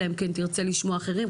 אלא אם כן תרצה לשמוע אחרים.